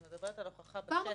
את מדברת על הוכחה בשטח.